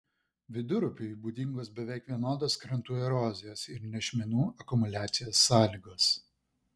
vidurupiui būdingos beveik vienodos krantų erozijos ir nešmenų akumuliacijos sąlygos